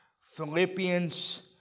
Philippians